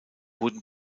wurden